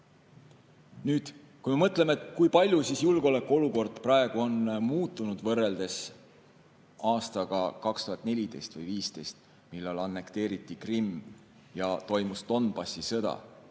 me oleme. Mõtleme, kui palju julgeolekuolukord on praegu muutunud võrreldes aastaga 2014 või 2015, millal annekteeriti Krimm ja toimus Donbassi sõda.